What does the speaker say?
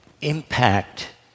impact